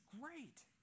great